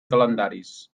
calendaris